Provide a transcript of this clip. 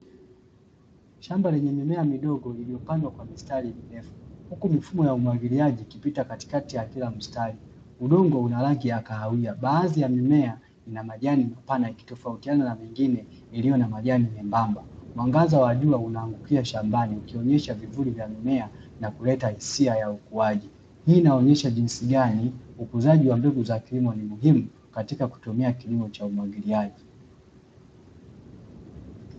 Shamba lenye mimea midogo iloyopandwa kwa mistari mirefu, huku mifumo ya umwagiliaji ikipita katikati ya kila mstari. Udongo una rangi ya kahawia baadhi ya mimea ina majani mapana ikitifoutiana na mingine iliyo na majani membamba. Mwangaza wa jua unaangukia shambani, ukionyesha vimvuli vya mimea na kuleta hisia za ukuaji. Hii inaonyesha jinsi gani ukuzaji wa mbegu za kilimo ni muhimu, katika kutumia kilimo cha umwagiliaji.